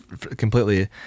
completely